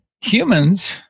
Humans